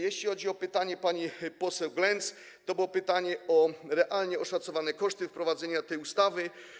Jeśli chodzi o pytanie pani poseł Glenc, to było pytanie o realnie oszacowane koszty wprowadzenia tej ustawy.